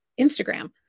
Instagram